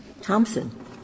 Thompson